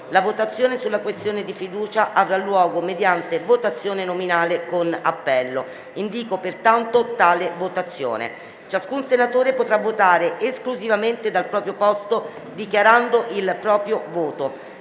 la votazione sulla questione di fiducia avrà luogo mediante votazione nominale con appello. Ciascun senatore potrà votare esclusivamente dal proprio posto, dichiarando il proprio voto.